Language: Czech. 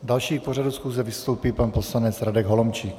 Další k pořadu schůze vystoupí pan poslanec Radek Holomčík.